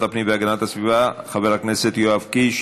הפנים והגנת הסביבה חבר הכנסת יואב קיש.